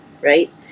Right